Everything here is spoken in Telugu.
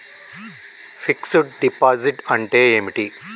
ఫిక్స్ డ్ డిపాజిట్ అంటే ఏమిటి?